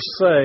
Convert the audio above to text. say